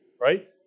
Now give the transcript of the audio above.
right